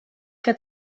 que